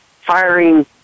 firing